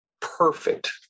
perfect